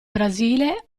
brasile